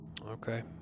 Okay